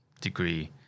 degree